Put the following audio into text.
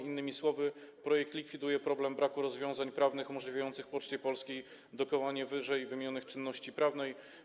Innymi słowy, projekt likwiduje problem braku rozwiązań prawnych umożliwiających Poczcie Polskiej dokonanie ww. czynności prawnej.